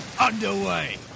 underway